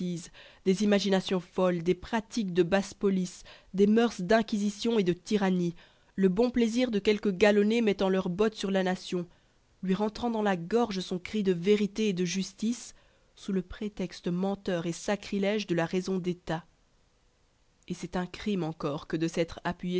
des imaginations folles des pratiques de basse police des moeurs d'inquisition et de tyrannie le bon plaisir de quelques galonnés mettant leurs bottes sur la nation lui rentrant dans la gorge son cri de vérité et de justice sous le prétexte menteur et sacrilège de la raison d'état et c'est un crime encore que de s'être appuyé